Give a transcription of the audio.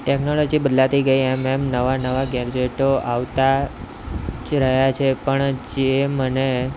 technology બદલાતી ગઈ એમ એમ નવા નવા ગેજેટો આવતાં રહ્યાં છે પણ જે મને